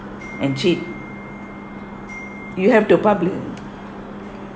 and cheat you have to public